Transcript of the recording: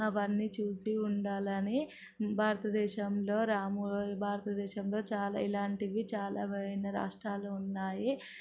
అవన్నీ చూసి ఉండాలని భారతదేశంలో రాముల భారతదేశంలో చాలా ఇలాంటివి చాలా విధమైన రాష్ట్రాలు ఉన్నాయి